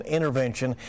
Intervention